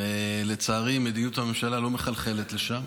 לצערי, מדיניות הממשלה לא מחלחלת לשם,